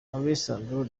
alessandro